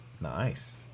Nice